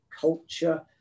culture